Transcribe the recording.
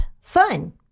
Fun